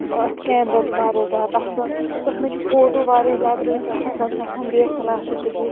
اَتھ کیمرا تہِ واریاہ زیادٕ اصٕل تَتھ منٛز چھِ فوٹو واریاہ زیادٕ رٕتۍ وۄتھان زَن چھِ آسان ڈی ایٚس ایٚل آر سۭتۍ تُلۍ مٕتۍ